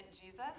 Jesus